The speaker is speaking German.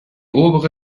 obere